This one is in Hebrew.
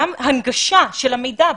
גם הנגשה של המידע בשפות,